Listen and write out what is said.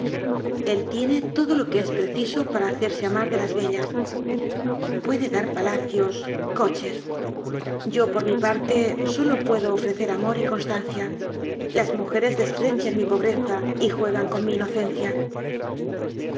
el tiene todo lo que es preciso para hacerse amar de las bellas puede dar palacios coches yo por mi par te sólo puedo ofrecer amor y constancia las mu jeres desprecian mi pobreza y juegan con mi ino